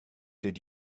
did